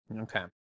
Okay